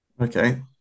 Okay